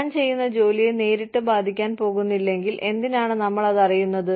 ഞാൻ ചെയ്യുന്ന ജോലിയെ നേരിട്ട് ബാധിക്കാൻ പോകുന്നില്ലെങ്കിൽ എന്തിനാണ് നമ്മൾ അത് അറിയുന്നത്